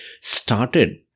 started